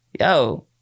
Yo